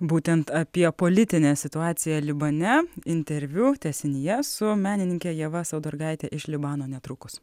būtent apie politinę situaciją libane interviu tęsinyje su menininke ieva saudargaite iš libano netrukus